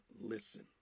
listen